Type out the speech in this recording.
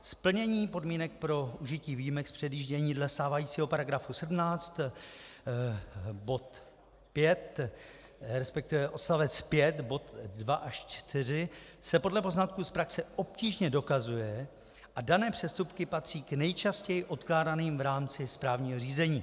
Splnění podmínek pro užití výjimek z předjíždění dle stávajícího § 17 bod 5, respektive odst. 5 bod 2 až 4, se podle poznatků z praxe obtížně dokazuje a dané přestupky patří k nejčastěji odkládaným v rámci správního řízení.